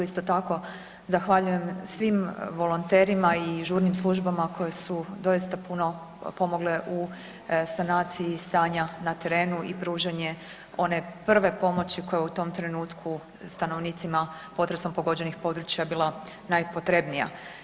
Isto tako zahvaljujem svim volonterima i žurnim službama koje su doista puno pomogle u sanaciji stanja na terenu i pružanje one prve pomoći koja je u tom trenutku stanovnicima potresom pogođenih područja bila najpotrebnija.